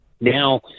now